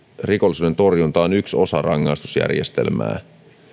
rikollisuuden torjunta on yksi osa rangaistusjärjestelmää